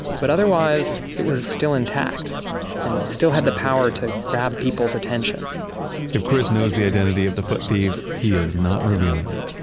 but otherwise, it was still intact and still had the power to grab people's attention if chris knows the identity of the foot thieves, he is not revealing it.